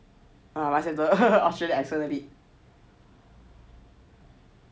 must have the Australia accent a bit